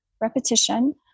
repetition